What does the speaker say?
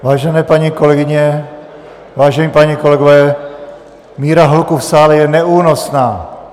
Vážené paní kolegyně, vážení páni kolegové, míra hluku v sále je neúnosná.